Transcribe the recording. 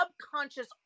subconscious